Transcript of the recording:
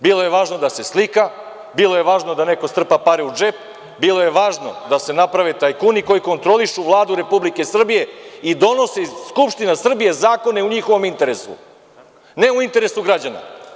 Bilo je važno da se slika, bilo je važno da neko strpa pare u džep, bilo je važno da se naprave tajkuni koji kontrolišu Vladu Republike Srbije i donosi Skupština Srbije zakone u njihovom interesu, ne u interesu građana.